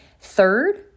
Third